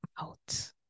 out